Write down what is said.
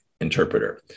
interpreter